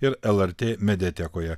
ir lrt mediatekoje